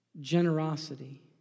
generosity